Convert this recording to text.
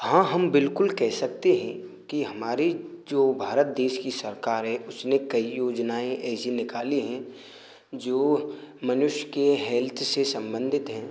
हाँ हम बिल्कुल कह सकते हैं कि हमारी जो भारत देश की सरकार है उसने कई योजनाएँ ऐसी निकाली हैं जो मनुष्य के हेल्थ से संबंधित हैं